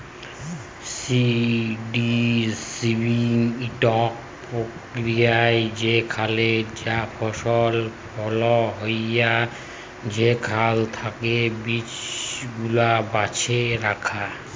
seed সেভিং ইকট পক্রিয়া যেখালে যা ফসল ফলল হ্যয় সেখাল থ্যাকে বীজগুলা বাছে রাখা